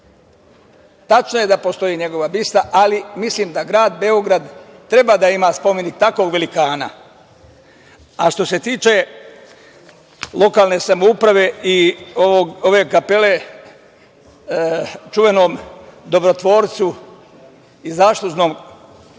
Tačno je da postoji njegova bista, ali mislim da grad Beograd treba da ima spomenik takvog velikana. Što se tiče lokalne samouprave i ove kapele čuvenom dobrotvorcu i zaslužnom